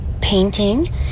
painting